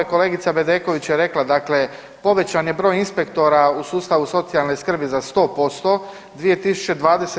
Kolegica Bedeković je rekla, dakle povećan je broj inspektora u sustavu socijalne skrbi za sto posto.